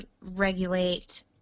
regulate